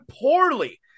poorly